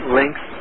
links